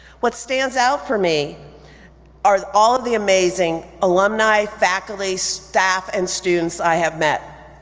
what stands out for me are all of the amazing alumni, faculty, staff, and students i have met.